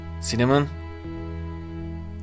Cinnamon